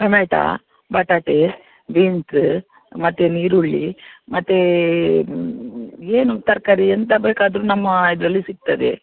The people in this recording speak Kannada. ಟೊಮೆಟಾ ಬಟಾಟೇ ಬೀನ್ಸ ಮತ್ತೆ ಈರುಳ್ಳಿ ಮತ್ತೇ ಏನು ತರಕಾರಿ ಎಂಥ ಬೇಕಾದರು ನಮ್ಮ ಇದರಲ್ಲಿ ಸಿಗ್ತದೆ